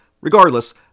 Regardless